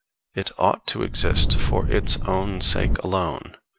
it ought to exist for its own sake alone,